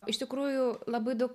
iš tikrųjų labai daug